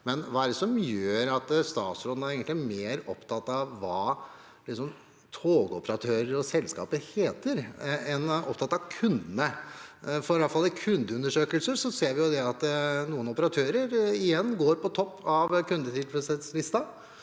Men hva er det som gjør at statsråden egentlig er mer opptatt av hva togoperatører og selskaper heter, enn av kundene? I alle fall i kundeundersøkelser ser vi at noen operatører igjen er på topp av kundetilfredshetslisten,